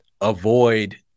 avoid